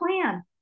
plan